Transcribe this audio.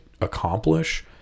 accomplish